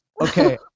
Okay